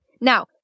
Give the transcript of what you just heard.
Now